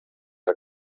der